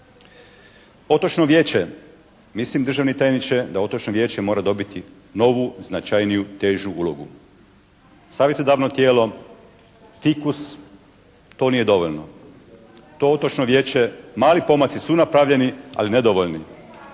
Otočno vijeće. Mislim državni tajniče da otočno vijeće mora dobiti novu, značajniju, težu ulogu. Savjetodavno tijelo, fikus, to nije dovoljno. To otočno vijeće, mali pomaci su napravljeni ali nedovoljni.